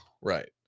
Right